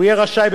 הוא יהיה רשאי,